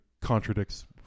contradicts